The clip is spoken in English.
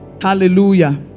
hallelujah